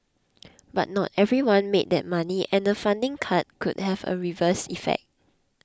but not everyone made that money and the funding cut could have a reverse effect